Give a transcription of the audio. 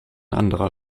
anderer